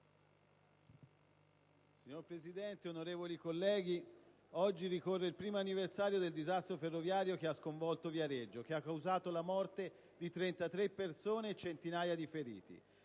Signor Presidente, onorevoli colleghi, oggi ricorre il primo anniversario del disastro ferroviario che ha sconvolto Viareggio, che ha causato la morte di 32 persone e centinaia di feriti.